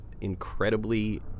incredibly